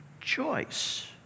choice